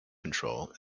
control